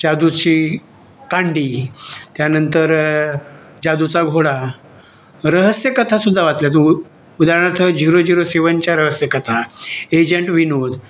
जादूची कांडी त्यानंतर जादूचा घोडा रहस्यकथासुद्धा वाचल्या उदाहरणार्थ झिरो झिरो सेव्हनच्या रहस्यकथा एजंट विनोद